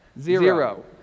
Zero